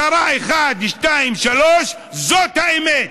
קרה אחת, שתיים, שלוש, זאת האמת.